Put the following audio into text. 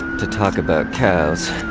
to talk about cows